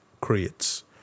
creates